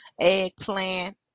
eggplant